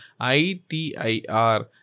ITIR